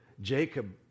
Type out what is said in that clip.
Jacob